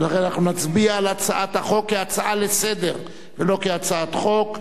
ולכן אנחנו נצביע על הצעת החוק כהצעה לסדר-היום ולא כהצעת חוק.